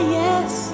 yes